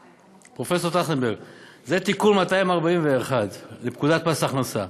פרופ' טרכטנברג: זה תיקון 241 לפקודת מס הכנסה.